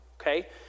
okay